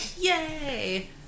Yay